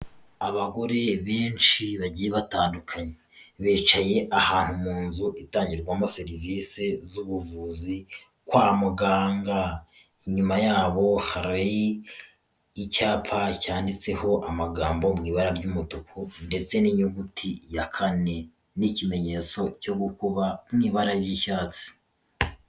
Abagore benshi bagiye batandukanye, bicaye ahantu mu nzu itangirwamo serivisi z'ubuvuzi kwa muganga, inyuma yabo hari icyapa cyanditseho amagambo mu ibara ry'umutuku ndetse n'inyuguti ya kane n'ikimenyetso cyo gukuba mu ibara ry'icyatsi.